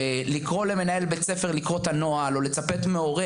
ולקרוא למנהל בית ספר לקרוא את הנוהל או לצפות מהורה,